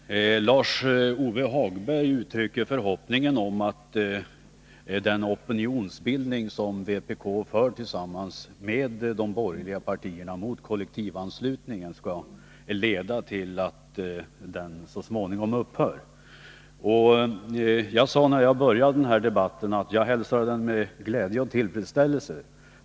Fru talman! Lars-Ove Hagberg uttrycker förhoppningen att den opinionsbildning som han försöker driva tillsammans med de borgerliga partierna mot kollektivanslutning skall leda till att den så småningom upphör. När jag började den här debatten sade jag att jag hälsar den med glädje och tillfredsställelse.